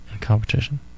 competition